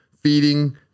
feeding